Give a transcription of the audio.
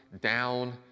down